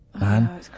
man